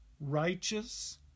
righteous